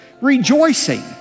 rejoicing